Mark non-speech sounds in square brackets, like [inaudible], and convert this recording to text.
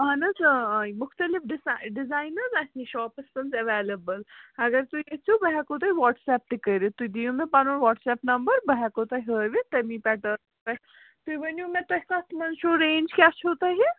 اَہن حظ اۭں اۭں مختلِف ڈِسَے ڈِزایِن حظ اَسہِ نِش شاپَس پٮ۪ٹھ اٮ۪ویلِبٕل اگر تُہۍ ییٚژھِو بہٕ ہٮ۪کو تۄہہِ وَٹسیپ تہِ کٔرِتھ تُہۍ دِیِو مےٚ پَنُن وَٹسیپ نمبَر بہٕ ہٮ۪کو تۄہہِ ہٲوِتھ تٔمی پٮ۪ٹٲ [unintelligible] پٮ۪ٹھ تُہۍ ؤنِو مےٚ تۄہہِ کَتھ منٛز چھُو رینٛج کیٛاہ چھُو تۄہہِ